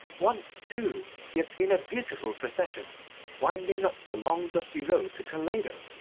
once, too, he had seen a beautiful procession winding up the long dusty road to toledo.